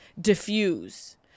diffuse